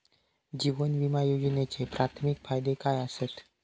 जीवन विमा योजनेचे प्राथमिक फायदे काय आसत?